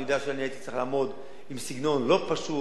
אני יודע שאני הייתי צריך לעמוד עם סגנון לא פשוט,